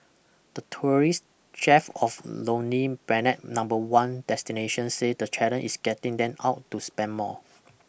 the tourist chef of Lonely Planet number one destination say the challenge is getting them out to spend more